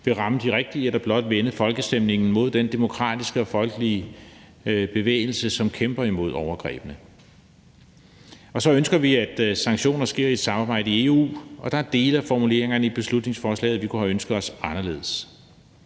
vil ramme de rigtige, eller om de blot vil vende folkestemningen mod den demokratiske og folkelige bevægelse, som kæmper imod overgrebene. Så ønsker vi også, at sanktionerne sker i et samarbejde i EU, og der er dele af formuleringerne i beslutningsforslaget, vi kunne have ønsket os var anderledes.